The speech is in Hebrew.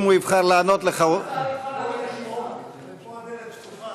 אם הוא יבחר לענות לך, ופה הדלת פתוחה.